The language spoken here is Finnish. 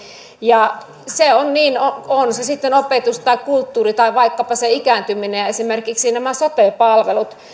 se on niin on se sitten opetus tai kulttuuri tai vaikkapa se ikääntyminen ja esimerkiksi nämä sote palvelut että